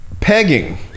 pegging